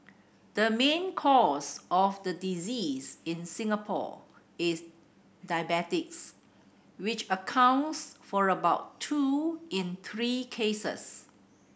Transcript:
the main cause of the disease in Singapore is diabetes which accounts for about two in three cases